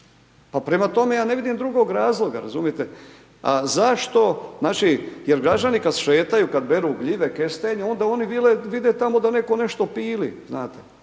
Pa prema tome ja ne vidim drugog razloga razumijete, a zašto, jer građani kad šetaju, kad beru gljive, kestenje onda oni vide tamo da neko nešto pili, znate,